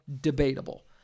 debatable